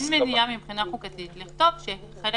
אין מניעה מבחינה חוקתית לכתוב שחלק